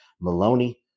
Maloney